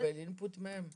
לקבל אינפוט מהם?